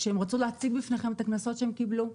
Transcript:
שהם רצו להציג בפניכם את הקנסות שהם קיבלו.